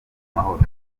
mahoro